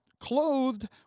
clothed